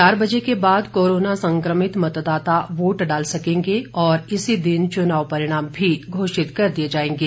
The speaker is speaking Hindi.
चार बजे के बाद कोरोना संक्रमित मतदाता वोट डाल सकेंगे और इसी दिन चुनाव परिणाम भी घोषित कर दिए जाएंगे